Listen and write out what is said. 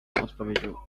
odpowiedział